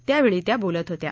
त्यावेळी त्या बोलत होत्या